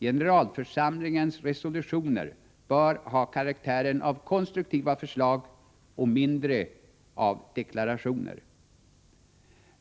Generalförsamlingens resolutioner bör mer ha karaktären av konstruktiva förslag och mindre av deklarationer.